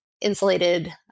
insulated